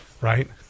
right